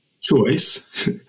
choice